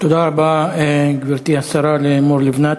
תודה רבה, גברתי השרה לימור לבנת.